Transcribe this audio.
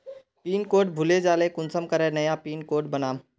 Pin code भूले जाले कुंसम करे नया पिन कोड बनाम?